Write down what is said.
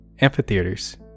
amphitheaters